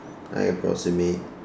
I approximate